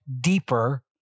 deeper